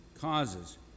causes